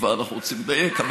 אם כבר אנחנו רוצים לדייק.